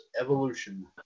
Evolution